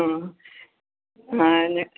ആ ആ ന്